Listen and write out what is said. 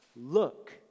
Look